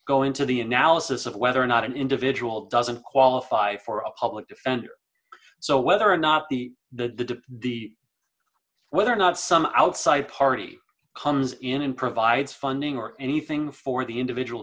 go into the analysis of whether or not an individual doesn't qualify for a public defender so whether or not the the the whether or not some outside party comes in and provides funding or anything for the individual